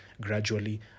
gradually